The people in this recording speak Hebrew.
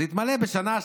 זה יתמלא בשנה,